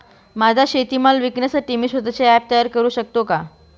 माझा शेतीमाल विकण्यासाठी मी स्वत:चे ॲप तयार करु शकतो का?